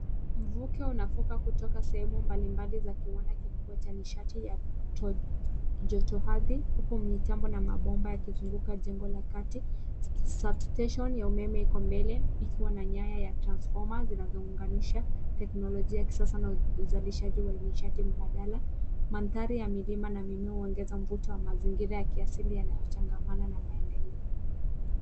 Mvuke unafuka kutoka sehemu mbalimbali za kiwanda kikubwa cha nishati ya to- joto hadhi huku mitambo na mabomba yakizunguka jengo la kati. Substation ya umeme iko mbale ikiwa na nyaya ya transformer zinazounganisha teknolojia ya kisasa na uzalishaji wa nishati mbadala. Mandhari ya milima na mimea huongeza mvuto wa mazingira ya kiasili yanayochangamana na maendeleo.